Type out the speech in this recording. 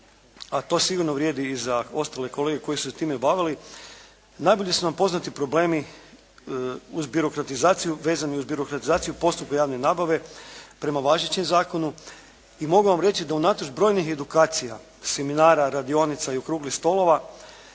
a to sigurno vrijedi i za ostale kolege koji su se time bavili, najbolje su nam poznati problemi uz birokratizaciju, vezani uz birokratizaciju postupka javne nabave prema važećem zakonu i mogu vam reći da unatoč brojnih edukacija, seminara, radionica i okruglih stolova